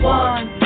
one